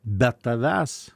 be tavęs